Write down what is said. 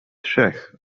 trzech